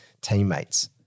teammates